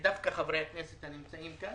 ודווקא חברי הכנסת הנמצאים כאן,